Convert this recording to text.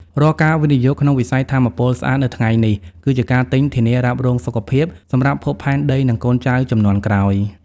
រាល់ការវិនិយោគក្នុងវិស័យថាមពលស្អាតនៅថ្ងៃនេះ គឺជាការទិញ "ធានារ៉ាប់រងសុខភាព" សម្រាប់ភពផែនដី និងកូនចៅជំនាន់ក្រោយ។